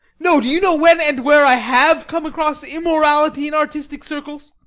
no do you know when and where i have come across immorality in artistic circles?